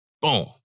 boom